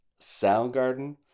Soundgarden